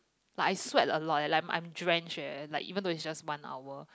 like I sweat a lot leh like I I am drenched eh like even though is just one hour